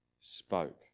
spoke